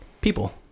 people